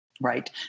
right